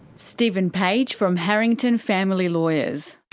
stephen page from harrington family lawyers.